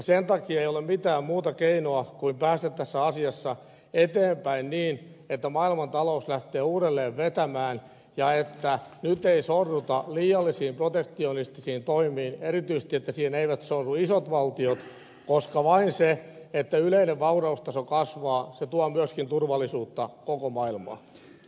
sen takia ei ole mitään muuta keinoa päästä tässä asiassa eteenpäin kuin se että maailmantalous lähtee uudelleen vetämään ja että nyt ei sorruta liiallisiin protektionistisiin toimiin erityisesti että niihin eivät sorru isot valtiot koska vain se että yleinen vauraustaso kasvaa tuo myöskin turvallisuutta koko maailmaan